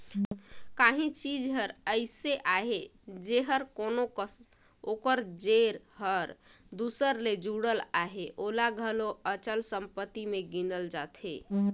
काहीं चीज हर अइसे अहे जेहर कोनो कस ओकर जेर हर दूसर ले जुड़ल अहे ओला घलो अचल संपत्ति में गिनल जाथे